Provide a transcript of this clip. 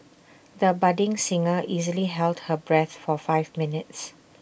the budding singer easily held her breath for five minutes